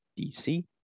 DC